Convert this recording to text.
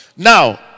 Now